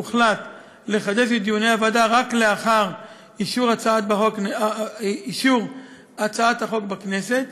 הוחלט לחדש את דיוני הוועדה רק לאחר אישור הצעת החוק בכנסת,